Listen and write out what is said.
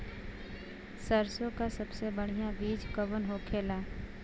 सरसों का सबसे बढ़ियां बीज कवन होखेला?